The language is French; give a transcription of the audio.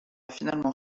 finalement